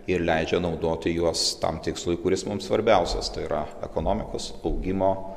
ir leidžia naudoti juos tam tikslui kuris mums svarbiausias tai yra ekonomikos augimo